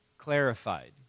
clarified